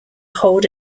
hold